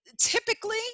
typically-